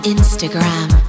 Instagram